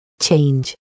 Change